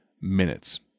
minutes